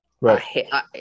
Right